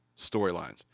storylines